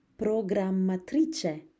programmatrice